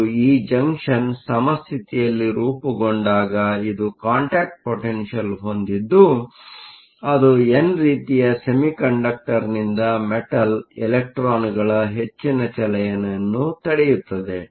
ಮತ್ತು ಈ ಜಂಕ್ಷನ್ ಸಮಸ್ಥಿತಿಯಲ್ಲಿ ರೂಪುಗೊಂಡಾಗ ಇದು ಕಾಂಟ್ಯಾಕ್ಟ್ ಪೊಟೆನ್ಷಿಯಲ್Contact potential ಹೊಂದಿದ್ದು ಅದು ಎನ್ ರೀತಿಯ ಸೆಮಿಕಂಡಕ್ಟರ್ನಿಂದ ಮೆಟಲ್ ಗೆ ಇಲೆಕ್ಟ್ರಾನ್ಗಳ ಹೆಚ್ಚಿನ ಚಲನೆಯನ್ನು ತಡೆಯುತ್ತದೆ